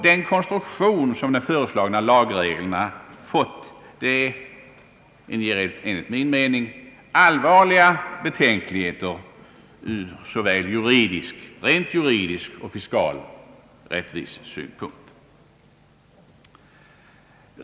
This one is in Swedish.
Den konstruktion som de föreslagna lagreglerna har fått ger enligt min mening allvarliga betänkligheter ur såväl rent juridisk som fiskal rättvisesynpunkt.